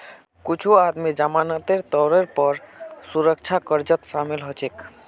कुछू आदमी जमानतेर तौरत पौ सुरक्षा कर्जत शामिल हछेक